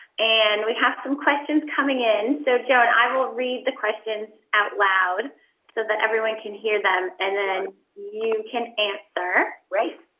and we have some questions coming in. so joah, i will read the questions out loud so that everyone can hear them, and then you can answer. great.